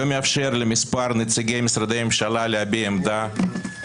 לא מאפשר לנציגי משרדי ממשלה להביע עמדה,